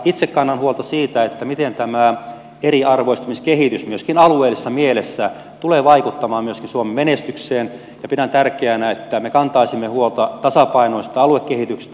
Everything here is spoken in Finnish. itse kannan huolta siitä miten tämä eriarvoistumiskehitys myöskin alueellisessa mielessä tulee vaikuttamaan suomen menestykseen ja pidän tärkeänä että me kantaisimme huolta tasapainoisesta aluekehityksestä